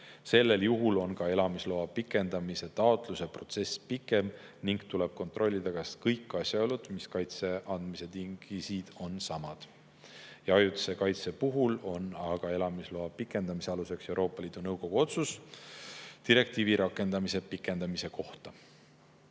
Sellel juhul on ka elamisloa pikendamise taotluse protsess pikem ning tuleb kontrollida, kas kõik asjaolud, mis kaitse andmise tingisid, on samad. Ajutise kaitse puhul on aga elamisloa pikendamise aluseks Euroopa Liidu Nõukogu otsus direktiivi rakendamise pikendamise kohta.